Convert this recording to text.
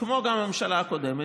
כמו גם הממשלה הקודמת,